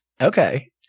okay